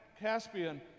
caspian